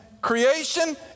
creation